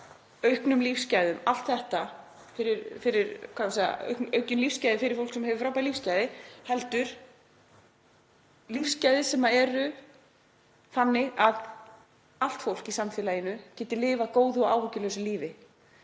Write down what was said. auknum lífsgæðum, allt þetta, auknum lífsgæðum fyrir fólk sem hefur frábær lífsgæði, heldur út frá lífsgæðum sem eru þannig að allt fólk í samfélaginu geti lifað góðu og áhyggjulausu lífi.